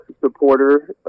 supporter